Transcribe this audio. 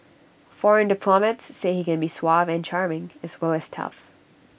foreign diplomats say he can be suave and charming as well as tough